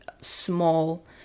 small